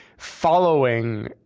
following